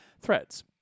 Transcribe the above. threads